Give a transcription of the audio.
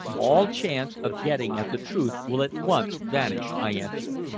all chance of getting at the truth will at once vanish, i answered.